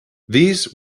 these